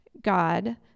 God